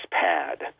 pad